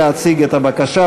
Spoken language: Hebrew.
להציג את הבקשה.